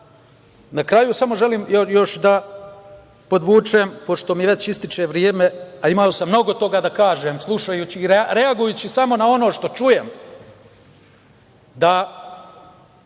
kraju želim da podvučem, pošto mi već ističe vreme, a imao sam mnogo toga da kažem, reagujući samo na ono što čujem, da